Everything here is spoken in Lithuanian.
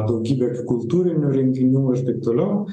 daugybė kultūrinių renginių ir taip toliau